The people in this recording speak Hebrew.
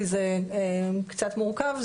כי זה קצת מורכב,